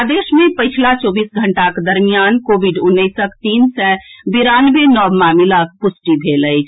प्रदेश मे पछिला चौबीस घंटाक दरमियान कोविड उन्नैसक तीन सय बिरानवे नव मामिलाक पुष्टि भेल अछि